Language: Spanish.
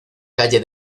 calle